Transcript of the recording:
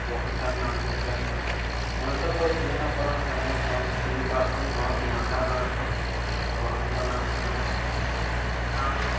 ବହୁତ୍ ତାର୍ ନାମ୍କୁ ପ୍ରେମ୍ କର୍ବେ ମଣିଷ ପଛେ ଚିହ୍ନି ନାଇଁ ପାରୁନ୍ ସେମାନେ ବହୁତ୍ ଚିହ୍ନି ପାର୍ସନ୍ ବହୁତ୍ ଇମାନଦାର୍ ରହେସନ୍ ବହୁତ୍ ଭଲ୍ ଆନ୍ ସେମାନେ ଆଉ